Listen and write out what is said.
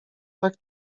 tak